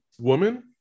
woman